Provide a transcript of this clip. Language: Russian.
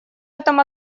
этом